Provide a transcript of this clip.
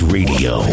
Radio